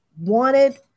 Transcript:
wanted